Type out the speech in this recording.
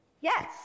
Yes